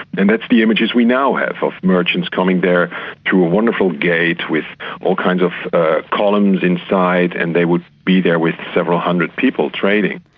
and that's the images we now have of merchants coming there to a wonderful gate with all kinds of columns inside and they would be there with several hundred people, trading.